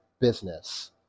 business